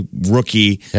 rookie